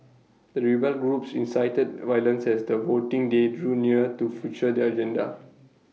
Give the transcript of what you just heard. the rebel groups incited violence as the voting day drew near to future their agenda